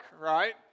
right